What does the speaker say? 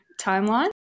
timeline